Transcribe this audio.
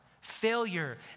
Failure